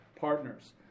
partners